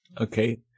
Okay